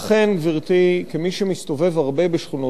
לך תשובה.